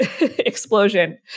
explosion